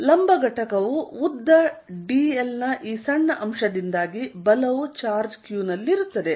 ಆದ್ದರಿಂದ ಲಂಬ ಘಟಕವು ಉದ್ದ dl ನ ಈ ಸಣ್ಣ ಅಂಶದಿಂದಾಗಿ ಬಲವು ಚಾರ್ಜ್ q ನಲ್ಲಿರುತ್ತದೆ